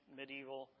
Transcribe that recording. medieval